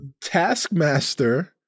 taskmaster